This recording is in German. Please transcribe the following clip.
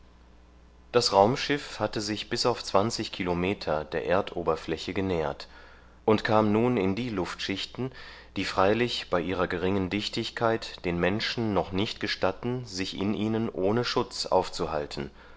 das raumschiff hatte sich bis auf zwanzig kilometer der erdoberfläche genähert und kam nun in die luftschichten die freilich bei ihrer geringen dichtigkeit den menschen noch nicht gestatteten sich in ihnen ohne schutz aufzuhalten